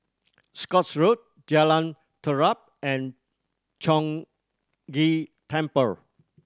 Scotts Road Jalan Terap and Chong Ghee Temple